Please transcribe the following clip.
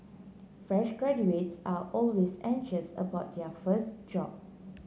fresh graduates are always anxious about their first job